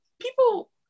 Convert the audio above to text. people